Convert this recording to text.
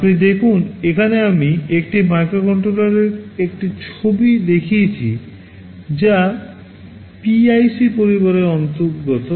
আপনি দেখুন এখানে আমি একটি মাইক্রোকন্ট্রোলারের একটি ছবি দেখিয়েছি যা PIC পরিবারের অন্তর্গত